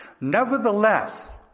Nevertheless